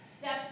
step